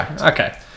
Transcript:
Okay